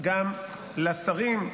גם לשרים,